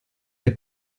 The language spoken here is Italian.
che